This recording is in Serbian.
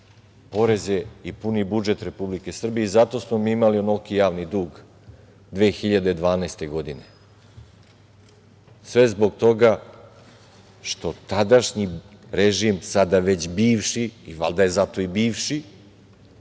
poreze i puni budžet Republike Srbije. Zato smo mi imali onoliki javni dug 2012. godine, sve zbog toga što tadašnji režim, sada već bivši, valjda je zato i bivši,